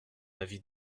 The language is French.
avis